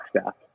staff